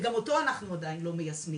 וגם אותו אנחנו עדיין לא מיישמים,